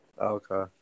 Okay